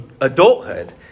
adulthood